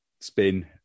spin